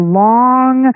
long